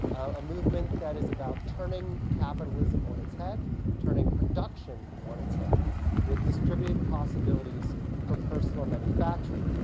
a movement that is about turning capitalism on its head, turning production on its head with distributed possibilities for personal manufacturing.